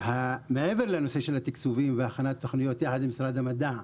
מעבר לנושא של התקצובים והכנת תוכניות יחד עם משרד המדע,